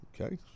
Okay